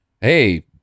hey